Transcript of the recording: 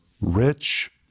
rich